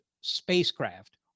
spacecraft